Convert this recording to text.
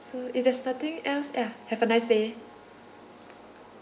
so if there's nothing else ya have a nice day